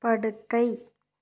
படுக்கை